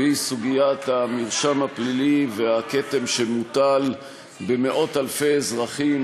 והיא סוגיית המרשם הפלילי והכתם שמוטל במאות-אלפי אזרחים,